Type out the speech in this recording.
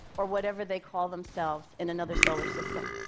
or whatever they call themselves, in another solar system.